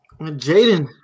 Jaden